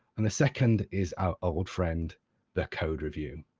and the second is our old friend the code review.